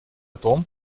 том